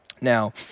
Now